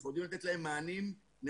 אנחנו יודעים לתת להם מענים נכונים.